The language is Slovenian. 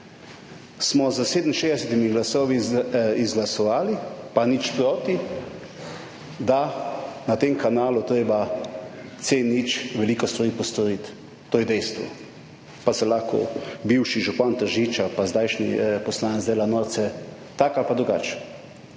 smo s 67 glasovi izglasovali, pa nič proti, da na tem kanalu je treba, C0, veliko stvari postoriti. To je dejstvo, pa se lahko bivši župan Tržiča pa zdajšnji poslanec dela norce tak ali pa drugače.